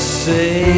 say